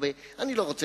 בהתפלה.